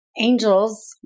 angels